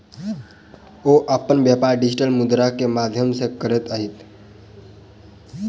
ओ अपन व्यापार डिजिटल मुद्रा के माध्यम सॅ करैत छथि